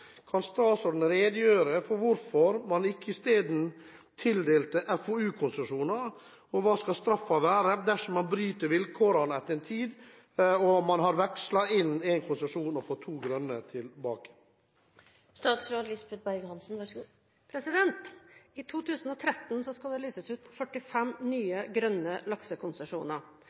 Kan statsråden redegjøre for hvorfor man ikke i stedet tildelte FoU-konsesjoner, og hva skal straffen være dersom man bryter vilkårene etter en tid og man har vekslet inn en konsesjon og fått to grønne tilbake?» I 2013 skal det lyses ut 45 nye grønne laksekonsesjoner.